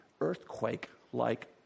earthquake-like